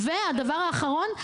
והדבר האחרון,